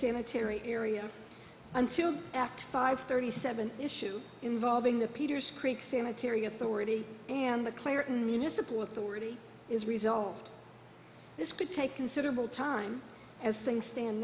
cemetery area until after five thirty seven issue involving the peters creek sanitary authority and the clarity in municipal authority is resolved this could take considerable time as things stand